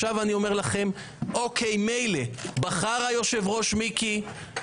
אני אומר לכם: מילא בחר מיקי לוי היושב-ראש